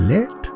Let